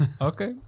Okay